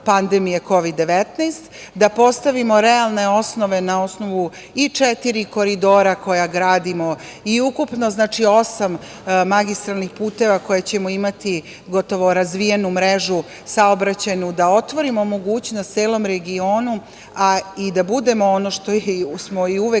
– 19, da postavimo realne osnove na osnovu i četiri koridora koja gradimo i ukupno osam magistralnih puteva koje ćemo imati gotovo razvijenu mrežu saobraćajnu, da otvorimo mogućnost celom regionu, a i da budemo ono što smo uvek